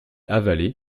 avalé